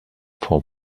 for